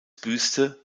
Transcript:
büste